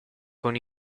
con